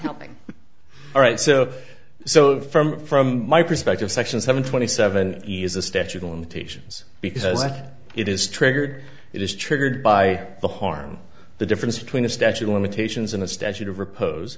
helping all right so so from from my perspective section seven twenty seven years the statute of limitations because i think it is triggered it is triggered by the harm the difference between the statute of limitations in a statute of repose